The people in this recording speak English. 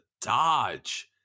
dodge